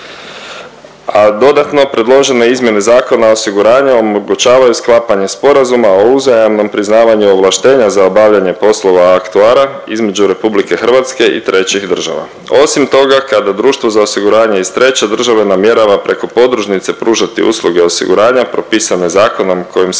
a dodatno predložene izmjene Zakona o osiguranju omogućavaju sklapanje sporazuma o uzajamnom priznavanju ovlaštenja za obavljanje poslova aktuara između RH i trećih država. Osim toga kada društvo za osiguranje iz treće države namjerava preko podružnice pružati usluge osiguranja propisane zakonom kojim se